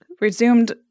resumed